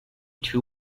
two